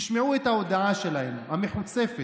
תשמעו את ההודעה שלהם, המחוצפת,